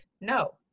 no